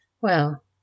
Well